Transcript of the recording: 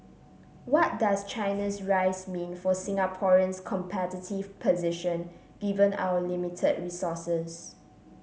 what does China's rise mean for Singapore's competitive position given our limited resources